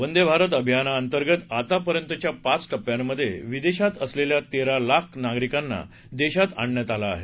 वंदे भारत अभियाना अंतर्गत आतापर्यंतच्या पाच टप्प्यांमधे विदेशात असलेल्या तेरा लाख नागरिकांना देशात आणण्यात आलं आहे